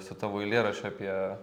su tavo eilėraščiu apie